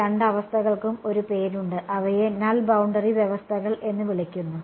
ഈ രണ്ട് അവസ്ഥകൾക്കും ഒരു പേരുണ്ട് അവയെ നൾ ബൌണ്ടറി വ്യവസ്ഥകൾ എന്ന് വിളിക്കുന്നു